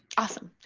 awesome.